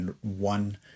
one